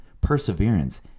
Perseverance